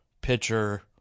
pitcher